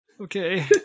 Okay